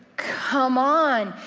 come on.